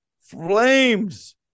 Flames